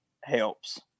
helps